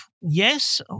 yes